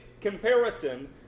comparison